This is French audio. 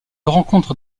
rencontre